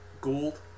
gold